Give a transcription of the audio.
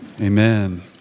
Amen